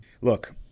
Look